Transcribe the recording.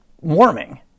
warming